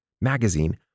magazine